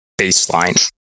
baseline